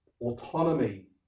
autonomy